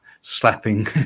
slapping